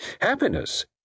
Happiness